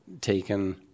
taken